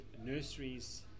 nurseries